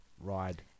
ride